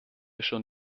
schon